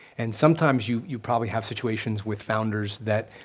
and sometimes you you probably have situations with founders that